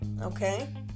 okay